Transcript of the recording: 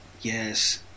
yes